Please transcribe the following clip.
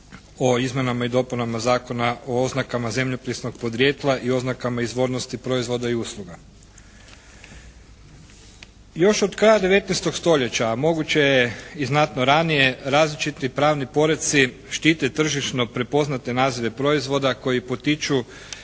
o izmjenama i dopunama Zakona o oznakama zemljopisnog podrijetla i oznakama izvornosti proizvoda i usluga. Još od kraja 19. stoljeća, a moguće je i znatno ranije različiti pravni poretci štite tržišno prepoznate nazive proizvoda koji potiču